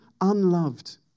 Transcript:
unloved